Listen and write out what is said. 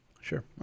Sure